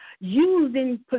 using